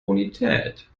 bonität